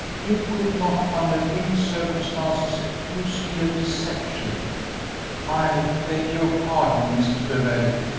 you could not, under any circumstances, accuse me of deception i beg your pardon, mr. darrell,